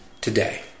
today